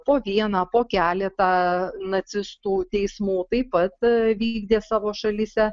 po vieną po keletą nacistų teismų taip pat vykdė savo šalyse